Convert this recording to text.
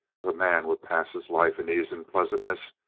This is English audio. if a man would pass his life in ease and pleasantness,